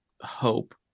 hope